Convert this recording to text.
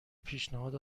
پیشنهاد